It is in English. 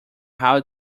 how